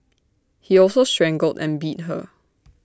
he also strangled and beat her